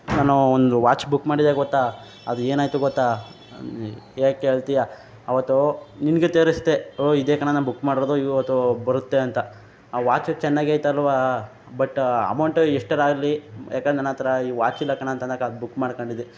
ನಾನೂ ಒಂದು watch book ಮಾಡಿದೆ ಗೊತ್ತಾ ಅದು ಏನಾಯಿತು ಗೊತ್ತಾ ಏಕೆ ಕೇಳ್ತಿಯಾ ಆವತ್ತು ನಿನಗೆ ತೋರಿಸ್ದೆ ಓ ಇದೆ ಕಣ ನಾನು ಮಾಡಿರೋದು ಇವತ್ತು ಬರುತ್ತೆ ಅಂತ ಆ ವಾಚು ಚೆನ್ನಾಗಿದೆ ಅಲ್ವಾ ಬಟ್ ಅಮೌಂಟ್ ಎಷ್ಟರ ಆಗಲಿ ಯಾಕಂದ್ರೆ ನನ್ನಹತ್ರ ಈ ವಾಚಿಲ್ಲ ಕಣಂತನಕ ಅದು ಮಾಡ್ಕೊಂಡಿದ್ದೆ